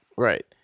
Right